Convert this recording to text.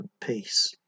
peace